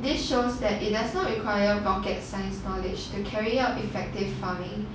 this shows that it does not require rocket science knowledge to carry out effective farming